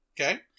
Okay